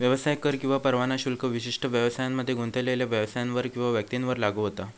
व्यवसाय कर किंवा परवाना शुल्क विशिष्ट व्यवसायांमध्ये गुंतलेल्यो व्यवसायांवर किंवा व्यक्तींवर लागू होता